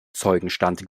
zeugenstand